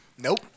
Nope